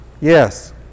Yes